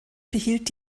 behielt